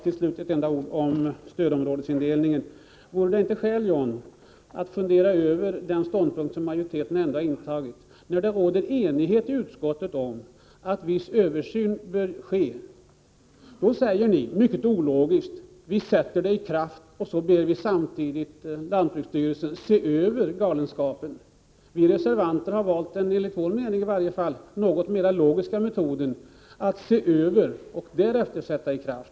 Till slut ett par ord om områdesindelningen för prisstödet. Vore det inte skäl, John Andersson, att fundera över den ståndpunkt som majoriteten har intagit? När det rådde enighet i utskottet om att viss översyn borde ske, sade ni mycket ologiskt: Vi sätter bestämmelserna i kraft. Samtidigt bad ni lantbruksstyrelsen se över galenskapen. Vi reservanter har valt den enligt vår mening mer logiska metoden att först se över bestämmelserna och därefter sätta dem i kraft.